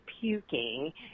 puking